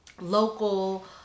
local